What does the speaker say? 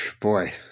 Boy